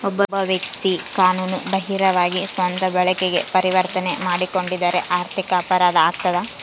ಒಬ್ಬ ವ್ಯಕ್ತಿ ಕಾನೂನು ಬಾಹಿರವಾಗಿ ಸ್ವಂತ ಬಳಕೆಗೆ ಪರಿವರ್ತನೆ ಮಾಡಿಕೊಂಡಿದ್ದರೆ ಆರ್ಥಿಕ ಅಪರಾಧ ಆಗ್ತದ